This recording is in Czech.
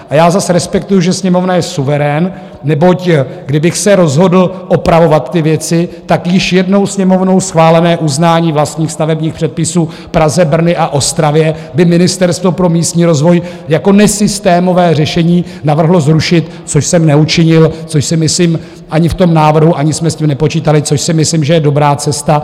A já zase respektuji, že Sněmovna je suverén, neboť kdybych se rozhodl opravovat ty věci, již jednou Sněmovnou schválené uznání vlastních stavebních předpisů v Praze, Brně a Ostravě by Ministerstvo pro místní rozvoj jako nesystémové řešení navrhlo zrušit, což jsem neučinil, což si myslím ani v tom návrhu jsme s tím nepočítali což si myslím, že je dobrá cesta.